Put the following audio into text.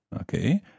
Okay